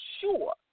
sure